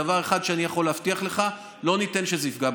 דבר אחד אני יכול להבטיח לך: לא ניתן שזה יפגע בילדים.